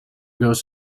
goes